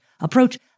approach